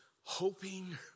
hoping